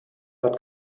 hat